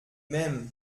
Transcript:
mêmes